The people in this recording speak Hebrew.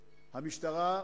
המשטרה,